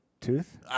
Tooth